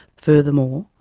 furthermore,